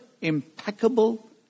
impeccable